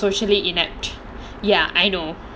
that's that's the level of socially inept ya I know